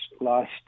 last